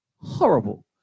horrible